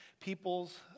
people's